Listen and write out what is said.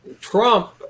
Trump